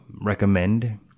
recommend